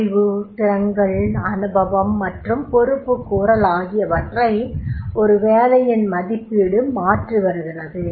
அறிவு திறன்கள் அனுபவம் மற்றும் பொறுப்புக்கூறல் ஆகியவற்றை ஒரு வேலையின் மதிப்பீடு மாற்றி வருகிறது